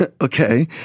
okay